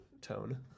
tone